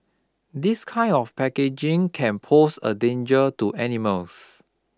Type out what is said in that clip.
this kind of packaging can pose a danger to animals